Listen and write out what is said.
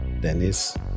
Dennis